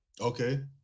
Okay